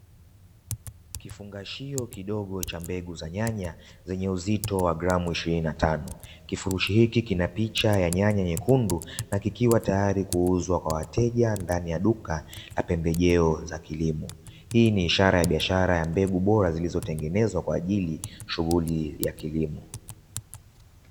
Kifungashio kidogo cha mbegu za nyanya, zenye uzito wa gramu ishirini na tano. Kifurushi hiki kina picha ya nyanya nyekundu na kikiwa tayari kuuzwa kwa wateja ndani ya duka la pembejeo za kilimo. Hii ni ishara ya biashara ya mbegu bora zilizotengenezwa kwa ajili ya shughuli ya kilimo.